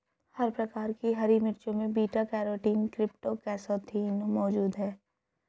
हर प्रकार की हरी मिर्चों में बीटा कैरोटीन क्रीप्टोक्सान्थिन मौजूद हैं